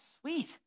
Sweet